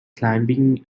climbing